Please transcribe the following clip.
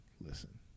listen